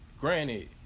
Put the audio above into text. granted